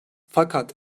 fakat